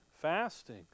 fasting